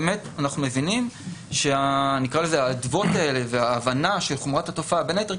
אנחנו מבינים שהאדוות האלה וההבנה של חומרת התופעה בין היתר,